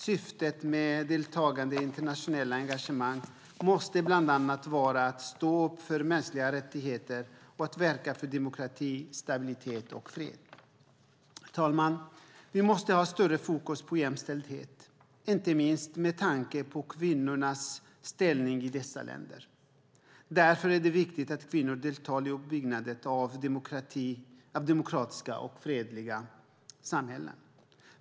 Syftet med deltagandet i internationella engagemang måste bland annat vara att stå upp för mänskliga rättigheter och att verka för demokrati, stabilitet och fred. Herr talman! Vi måste ha ett större fokus på jämställdhet, inte minst med tanke på kvinnornas ställning i dessa länder. Därför är det viktigt att kvinnor deltar i uppbyggnaden av demokratiska och fredliga samhällen.